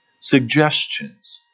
Suggestions